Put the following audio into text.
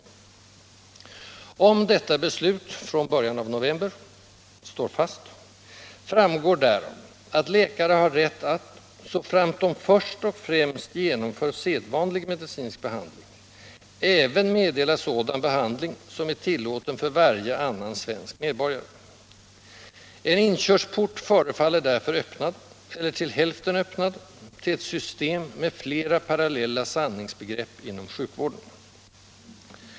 Om detta beslut — från början av november — står fast, framgår därav att läkare har rätt att, såframt de först och främst genomför sedvanlig medicinsk behandling, även meddela sådan behandling, som är tillåten för varje annan svensk medborgare. En inkörsport förefaller därför öppnad — eller till hälften öppnad -— till ett system med flera parallella sanningsbegrepp inom sjukvården.